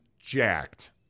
jacked